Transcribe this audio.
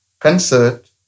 concert